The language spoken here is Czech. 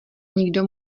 nikdo